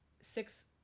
six